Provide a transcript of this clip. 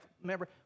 Remember